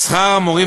שכר המורים